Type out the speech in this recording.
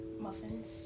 muffins